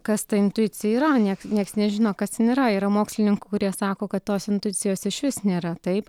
kas ta intuicija yra nieks nieks nežino kas jin yra yra mokslininkų kurie sako kad tos intuicijos išvis nėra taip